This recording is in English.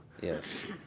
Yes